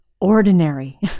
ordinary